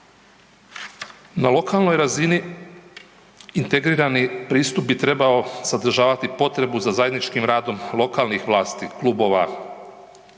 Na lokalnoj razini, integrirani pristup bi trebao sadržavati potrebu za zajedničkim radom lokalnih vlasti, klubova,